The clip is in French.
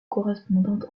correspondante